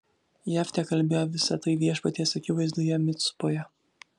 jeftė kalbėjo visa tai viešpaties akivaizdoje micpoje